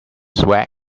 swag